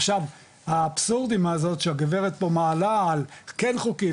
עכשיו האבסורד הוא שהגברת פה מעלה על כן חוקי,